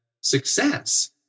success